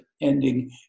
ending